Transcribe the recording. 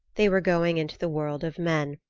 they were going into the world of men,